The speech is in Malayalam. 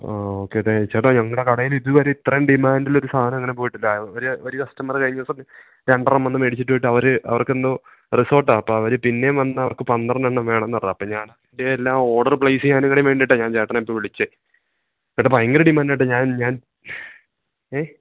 ആ ഓക്കേ ചേട്ടാ ചേട്ടാ ഞങ്ങളുടെ കടയിലിതുവരെ ഇത്രയും ഡിമാൻഡിലൊരു സാധനം ഇങ്ങനെ പോയിട്ടില്ല ഒരു ഒരു കസ്റ്റമര് കഴിഞ്ഞ ദിവസം രണ്ടെണ്ണം വന്ന് മേടിച്ചിട്ട് പോയിട്ട് അവര് അവർക്കെന്തോ റിസോർട്ടാണ് അപ്പോള് അവര് പിന്നെയും വന്ന് അവർക്ക് പന്ത്രണ്ടെണ്ണം വേണമെന്ന് പറഞ്ഞു അപ്പോള് ഞാന് അതിൻറ്റെയെല്ലാം ഓഡര് പ്ലേസ് ചെയ്യാനും കൂടെ വേണ്ടിയിട്ടാണ് ചേട്ടനെ ഇപ്പോള് വിളിച്ചത് ചേട്ടാ ഭയങ്കരം ഡിമാൻഡാണ് ചേട്ടാ ഞാൻ ഞാൻ ഏ